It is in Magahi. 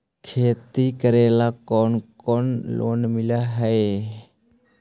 खेती करेला कौन कौन लोन मिल हइ?